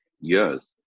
years